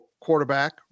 quarterback